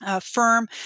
firm